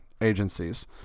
agencies